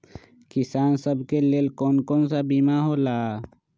किसान सब के लेल कौन कौन सा बीमा होला?